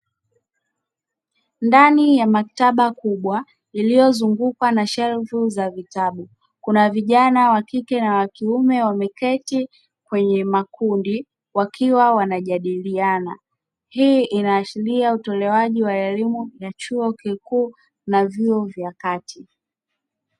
Ndani ya maktaba kubwa iliyozungukwa na shelfu za vitabu, kuna vijana wa kike na wa kiume wameketi kwenye makundi wakiwa wanajadiliana. Hii inaashiria utolewaji wa elimu ya chuo kikuu na vyuo vya kati